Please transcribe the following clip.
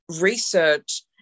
research